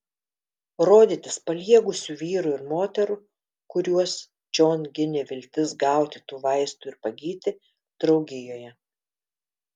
rodytis paliegusių vyrų ir moterų kuriuos čion ginė viltis gauti tų vaistų ir pagyti draugijoje